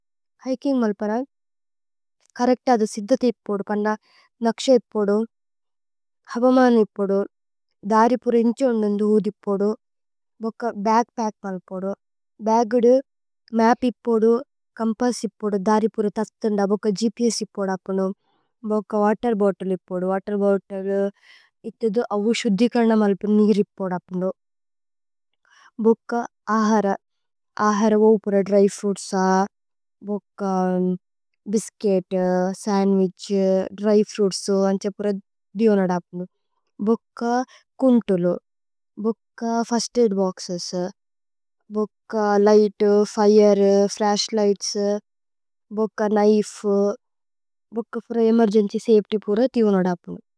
Hiking മല്പരമ് കരക്ത അഥ സിദ്ധത ഇപ്പോദു। കന്ദ നക്ശ ഇപ്പോദു ഹബമന ഇപ്പോദു ധാരിപുര। ഇന്ഛോന്ദന്ദു ഊദി ഇപ്പോദു ബോക ബഗ്പച്ക് മല്പോദു। ബഗ്ദ്ദു മപ് ഇപ്പോദു കമ്പസ് ഇപ്പോദു ധാരിപുര। തത്ഥന്ദ ബോക ഗ്പ്സ് ഇപ്പോദു അപ്നു ബോക വതേര്। ബോത്ത്ലേ ഇപ്പോദു വതേര് ബോത്ത്ലേ ഇത്ഥിധു അവു ശുദ്ധി। കന്ന മല്പു നീര് ഇപ്പോദു അപ്നു, ബോക ആഹര। ആഹര ഊപുര ദ്ര്യ് ഫ്രുഇത്സ ബോക ബിസ്ചുഇത്। സന്ദ്വിഛ്, ദ്ര്യ് ഫ്രുഇത്സു, അന്ഛ പുര ധിവുന। ധപ്നു ബോക കുന്തുലു ബോക ഫിര്സ്ത് ഐദ് ബോക്സേസ്। ബോക ലിഘ്ത്, ഫിരേ, ഫ്ലശ്ലിഘ്ത്സ്, ബോക ക്നിഫേ। ബോക പുര ഏമേര്ഗേന്ച്യ് സഫേത്യ് പുര ധിവുന ധപ്നു।